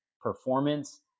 performance